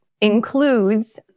includes